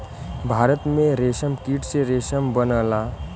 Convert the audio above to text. भारत में रेशमकीट से रेशम बनला